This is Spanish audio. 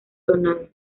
tonal